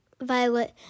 Violet